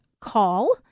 call